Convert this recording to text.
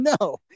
no